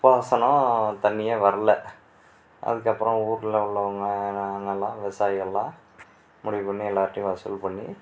பாசனம் தண்ணியே வரல அதுக்கு அப்புறம் வீட்ல உள்ளவங்க நாங்களெலாம் விவசாயிகளெலாம் முடிவு பண்ணி எல்லார்டேயும் வசூல் பண்ணி